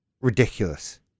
ridiculous